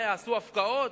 יעשו הפקעות?